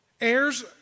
heirs